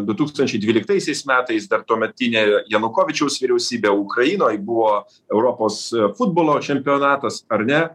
du tūkstančiai dvyliktaisiais metais dar tuometinė janukovyčiaus vyriausybė ukrainoj buvo europos futbolo čempionatas ar ne